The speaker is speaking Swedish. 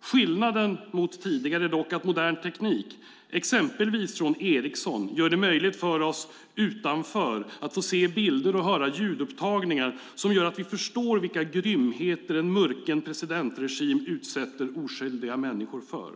Skillnaden mot tidigare är dock att modern teknik, exempelvis från Ericsson, gör det möjligt för oss utanför att se bilder och höra ljudupptagningar som gör att vi förstår vilka grymheter en murken presidentregim utsätter oskyldiga människor för.